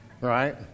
Right